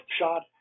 shot